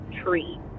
tree